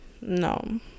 no